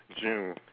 June